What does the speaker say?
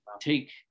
take